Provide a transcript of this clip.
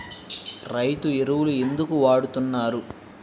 రైతు ఎరువులు ఎందుకు వాడుతున్నారు?